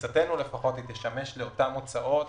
לתפיסתנו לפחות, תשמש לאותן הוצאות